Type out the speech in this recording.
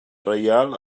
reial